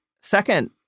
second